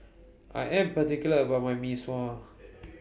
I Am particular about My Mee Sua